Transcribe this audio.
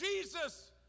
Jesus